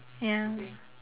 ya